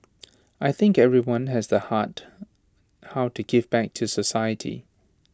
I think everyone has the heart how to give back to society